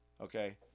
Okay